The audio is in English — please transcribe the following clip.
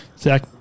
Zach